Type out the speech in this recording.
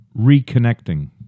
reconnecting